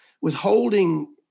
withholding